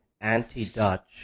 anti-Dutch